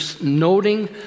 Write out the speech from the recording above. noting